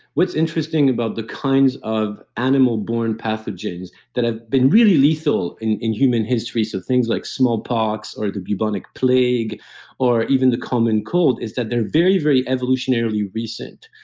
what's interesting about the kinds of animal borne pathogens that have been really lethal in in human history, so things like smallpox or the bubonic plague or even the common cold, is that they're very, very evolutionarily recent.